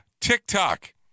tiktok